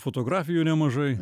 fotografijų nemažai